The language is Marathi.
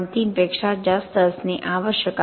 3 पेक्षा जास्त असणे आवश्यक आहे